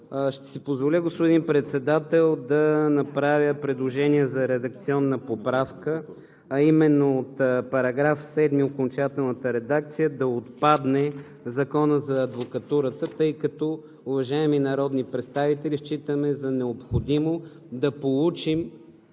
ще си позволя, господин Председател, да направя предложение за редакционна поправка, а именно от § 7 – окончателната редакция, да отпадне „Закона за адвокатурата“, тъй като, уважаеми народни представители, считаме за необходимо да получим